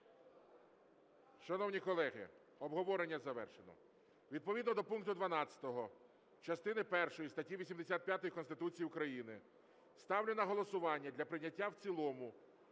Шановні колеги, обговорення завершено. Відповідно до пункту 12 частини першої статті 85 Конституції України ставлю на голосування для прийняття в цілому